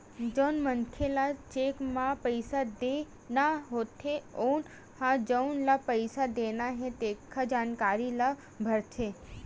जउन मनखे ल चेक म पइसा देना होथे तउन ह जउन ल पइसा देना हे तेखर जानकारी ल भरथे